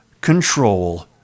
control